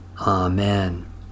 Amen